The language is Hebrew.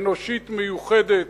לסדר-היום מס' 2794 של חבר הכנסת אורי